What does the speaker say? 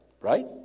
right